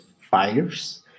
fires